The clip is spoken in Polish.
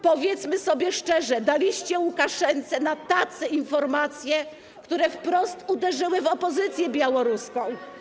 Powiedzmy sobie szczerze: daliście Łukaszence na tacy informacje, które wprost uderzyły w opozycję białoruską.